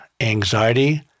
anxiety